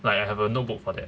like I have a notebook for that